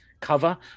cover